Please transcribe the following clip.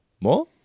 More